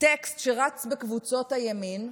טקסט שרץ בקבוצות הימין,